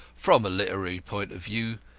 from a literary point of view,